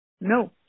No